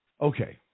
Okay